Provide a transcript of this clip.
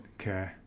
Okay